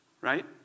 Right